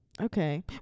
Okay